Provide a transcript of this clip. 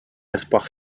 espoir